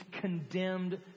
condemned